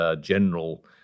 general